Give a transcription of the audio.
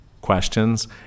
questions